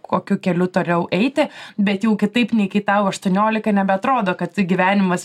kokiu keliu toliau eiti bet jau kitaip nei kai tau aštuoniolika nebeatrodo kad tai gyvenimas